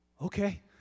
Okay